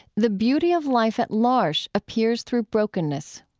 the beauty of life at l'arche appears through brokenness